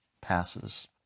passes